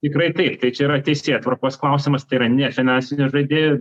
tikrai taip tai čia yra teisėtvarkos klausimas tai yra ne finansinių žaidėjų